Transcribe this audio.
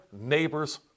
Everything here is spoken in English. neighbor's